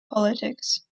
politics